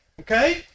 Okay